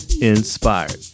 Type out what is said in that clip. inspired